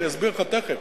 ואסביר לך תיכף.